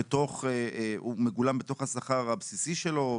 זה מגולם בתוך השכר הבסיסי שלו?